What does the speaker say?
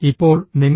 ഇപ്പോൾ നിങ്ങൾ